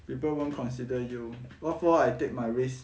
people won't consider you what for I take my risk